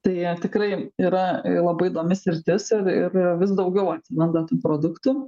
tai tikrai yra labai įdomi sritis ir ir ir vis daugiau atsiranda tų produktų